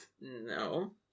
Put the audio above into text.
No